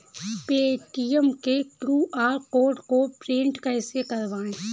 Paytm के QR code को print कैसे करवाएँ?